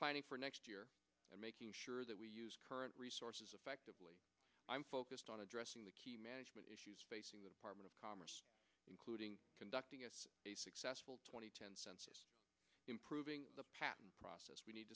planning for next year and making sure that we use current resources effectively i'm focused on addressing the key management issues facing the part of commerce including conducting a successful two thousand and ten census improving the patent process we need